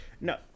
No